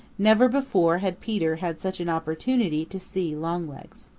never before had peter had such an opportunity to see longlegs.